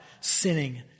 sinning